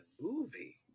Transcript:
movie